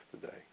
today